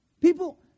People